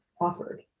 offered